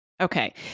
Okay